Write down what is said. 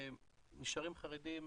ונשארים חרדים